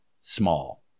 small